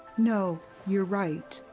no, you're right.